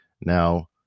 Now